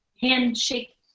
handshake